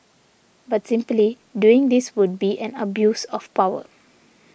but simply doing this would be an abuse of power